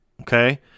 Okay